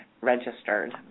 registered